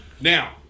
Now